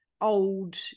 old